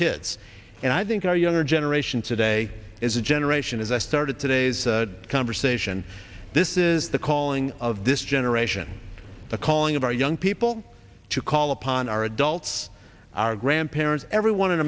kids and i think our younger generation today is a generation as i started today's conversation this is the calling of this generation the calling of our young people to call upon our adults our grandparents everyone in